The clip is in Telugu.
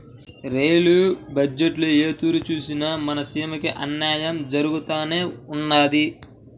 రెయిలు బజ్జెట్టులో ఏ తూరి సూసినా మన సీమకి అన్నాయం జరగతానే ఉండాది